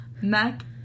Mac